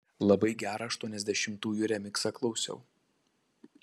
labai gerą aštuoniasdešimtųjų remiksą klausiau